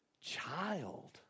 child